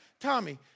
Tommy